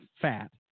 fat